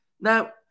Now